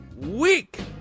week